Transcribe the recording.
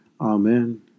Amen